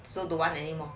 so don't want anymore